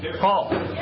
Paul